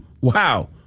wow